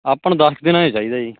ਆਪਾਂ ਨੂੰ ਦੱਸ ਕੁ ਦਿਨਾਂ 'ਚ ਚਾਹੀਦਾ ਜੀ